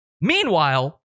Meanwhile